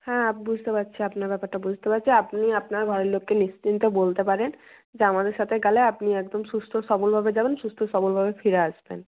হ্যাঁ বুঝতে পারছি আপনার ব্যাপারটা বুঝতে পারছি আপনি আপনার ঘরের লোককে নিশ্চিন্তে বলতে পারেন যে আমাদের সাথে গেলে আপনি একদম সুস্থ সবলভাবে যাবেন সুস্থ সবলভাবে ফিরে আসবেন